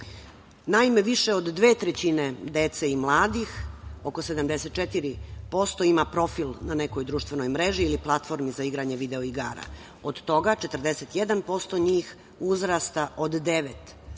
nivo. Naime, više od dve trećine dece i mladih, oko 74%, ima profil na nekoj društvenoj mreži ili platformi za igranje video igara. Od toga 41% njih je uzrasta od